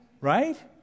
right